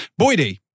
Boydie